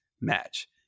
match